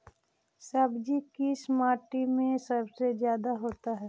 सब्जी किस माटी में सबसे ज्यादा होता है?